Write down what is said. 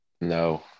No